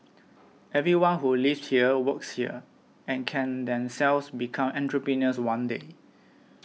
everyone who lives here works here and can themselves become entrepreneurs one day